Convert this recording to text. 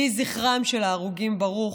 יהי זכרם של ההרוגים ברוך,